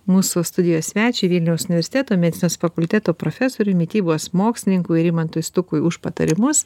mūsų studijos svečiui vilniaus universiteto medicinos fakulteto profesoriui mitybos mokslininkui ir rimantui stukui už patarimus